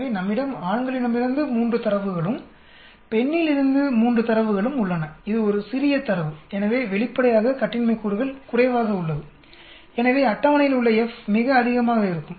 எனவே நம்மிடம் ஆண்களிடமிருந்து 3 தரவுகளும் பெண்ணிலிருந்து 3 தரவுகளும் உள்ளன இது ஒரு சிறிய தரவு எனவே வெளிப்படையாககட்டின்மை கூறுகள் குறைவாக உள்ளது எனவே அட்டவணையில் உள்ள F மிக அதிகமாக இருக்கும்